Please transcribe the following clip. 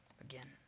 again